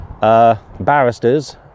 barristers